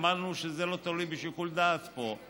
אמרנו שזה לא תלוי בשיקול דעת פה.